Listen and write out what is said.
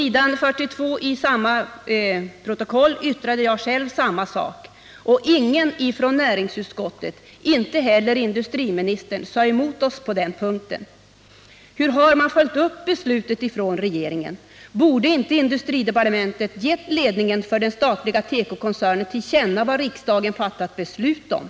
42i protokollet kan man läsa att jag yttrade samma sak, och ingen ifrån näringsutskottet, inte heller industriministern, sade emot vare sig mig eller Birgitta Hambraeus på den punkten. Hur har regeringen följt upp riksdagens beslut? Borde inte industridepartementet ha givit ledningen för den statliga tekokoncernen till känna vad riksdagen fattat beslut om?